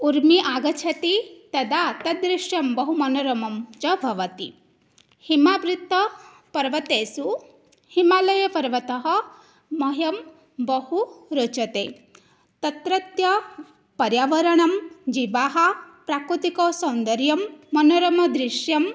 उर्मि आगच्छति तदा तादृशं बहु मनोरमं च भवति हिमावृत्त पर्वतेषु हिमालय पर्वतः मह्यं बहु रोचते तत्रत्य पर्यावरणं जीवाः प्राकृतिकसौन्दर्यं मनोरम दृश्यं